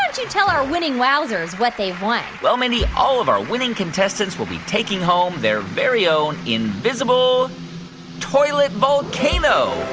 don't you tell our winning wowzers what they've won? well, mindy, all of our winning contestants will be taking home their very own invisible toilet volcano.